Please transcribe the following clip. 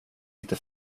lite